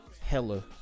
Hella